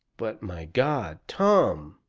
but, my god! tom,